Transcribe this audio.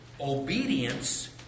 obedience